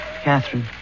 catherine